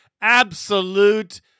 absolute